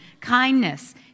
kindness